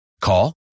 Call